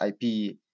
IP